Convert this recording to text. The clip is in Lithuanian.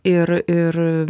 ir ir